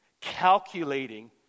Calculating